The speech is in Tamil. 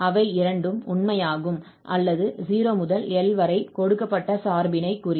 அவை இரண்டும் உண்மையாகும் அல்லது 0 முதல் l வரை கொடுக்கப்பட்ட சார்பினைக் குறிக்கும்